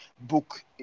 book